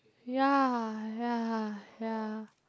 ya ya ya